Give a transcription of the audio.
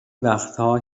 وقتها